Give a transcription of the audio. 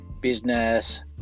business